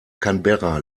canberra